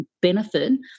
benefit